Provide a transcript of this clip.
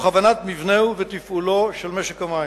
תוך הבנת מבנהו ותפעולו של משק המים.